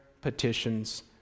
petitions